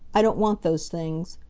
i don't want those things.